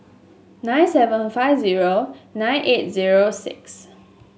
nine seven five zero nine eight zero six